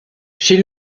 chez